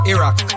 Iraq